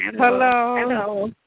Hello